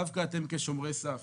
דווקא אתם כשומרי סף